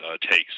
takes